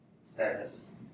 status